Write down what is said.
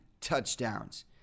touchdowns